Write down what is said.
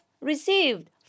received